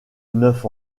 neuf